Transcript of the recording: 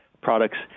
products